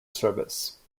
service